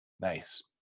nice